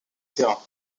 terrain